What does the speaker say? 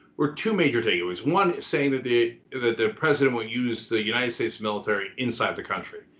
were two major takeaways. one, saying that the that the president will use the united states military inside the country.